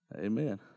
Amen